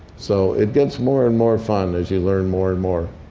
so it gets more and more fun as you learn more and more.